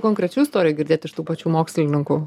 konkrečių istorijų girdėt iš tų pačių mokslininkų